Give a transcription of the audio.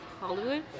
Hollywood